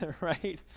right